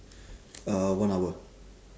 uh one hour